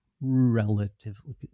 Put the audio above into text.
relatively